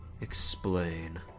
Explain